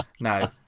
no